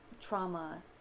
trauma